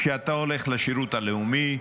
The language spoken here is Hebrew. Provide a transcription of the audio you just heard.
כשאתה הולך לשירות הלאומי,